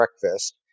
breakfast